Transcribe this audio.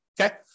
Okay